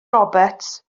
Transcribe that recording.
roberts